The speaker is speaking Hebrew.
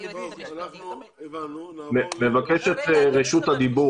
אני מבקש את רשות הדיבור.